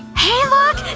hey, look!